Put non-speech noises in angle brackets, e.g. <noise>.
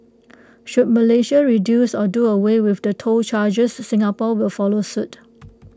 <noise> should Malaysia reduce or do away with the toll charges Singapore will follow suit